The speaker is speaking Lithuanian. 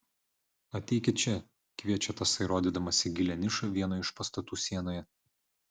ateikit čia kviečia tasai rodydamas į gilią nišą vieno iš pastatų sienoje